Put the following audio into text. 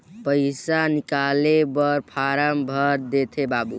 पइसा निकाले बर फारम भर देते बाबु?